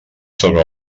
sobre